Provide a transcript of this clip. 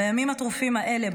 בימים הטרופים האלה,